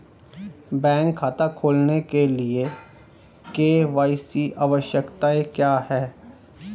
Bank खाता खोलने के लिए के.वाई.सी आवश्यकताएं क्या हैं?